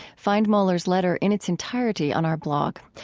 find mohler's letter in its entirety on our blog.